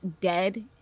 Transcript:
dead